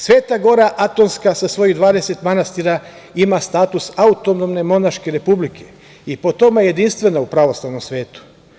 Sveta gora Atonska sa svojih 20 manastira ima status Autonomne monaške republike i po tome je jedinstvena u pravoslavnom svetu.